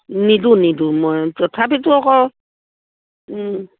নিদো নিদো মই তথাপিতো আকৌ